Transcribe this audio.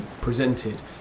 presented